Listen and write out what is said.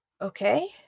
Okay